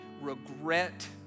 regret